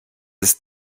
ist